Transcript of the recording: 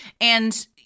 And-